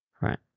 right